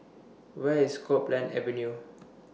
Where IS Copeland Avenue